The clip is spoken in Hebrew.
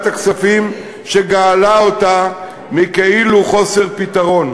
הכספים שגאלה אותה מכאילו חוסר פתרון.